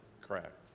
correct